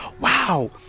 wow